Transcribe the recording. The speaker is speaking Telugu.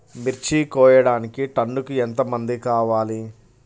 మిర్చి కోయడానికి టన్నుకి ఎంత మంది కావాలి?